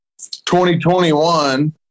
2021